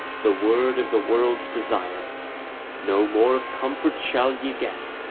the word of the world's desire no more of comfort shall ye get,